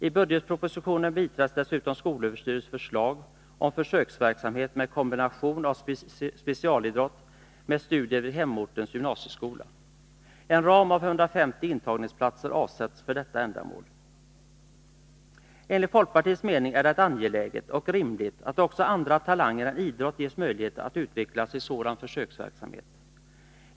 I budgetpropositionen biträds dessutom skolöverstyrelsens förslag om försöksverksamhet med kombination av specialidrott med studier vid hemortens gymnasieskola. En ram av 150 intagningsplatser avsätts för detta ändamål. Enligt folkpartiets mening är det angeläget och rimligt att också andra talanger än idrott ges möjlighet att utvecklas i sådan försöksverksamhet.